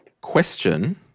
Question